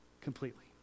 completely